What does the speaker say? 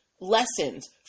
lessons